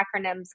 acronyms